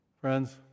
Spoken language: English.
Friends